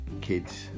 kids